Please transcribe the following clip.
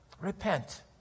repent